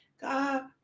God